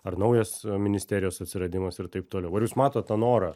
ar naujas ministerijos atsiradimas ir taip toliau ar jūs matot tą norą